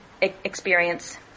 experience